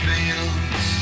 Fields